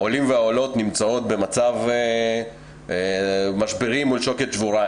העולים והעולות נמצאים במצב משברי מול שוקת שבורה,